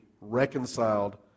reconciled